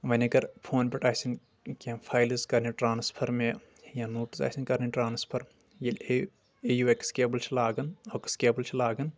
وۄنۍ اگر فونہٕ پٮ۪ٹھ آسَن کینٛہہ فایلٕز کرنہِ ٹرانسفر مےٚ یا نوٹٕز آسَن کرٕنۍ ٹرانسفر ییٚلہِ ہے اے یوٗ اٮ۪کٕس کیبل لاگان اوکٕس کیبل چھِ لاگان